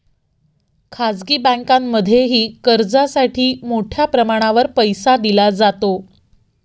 खाजगी बँकांमध्येही कर्जासाठी मोठ्या प्रमाणावर पैसा दिला जातो